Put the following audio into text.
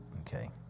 Okay